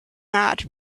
mad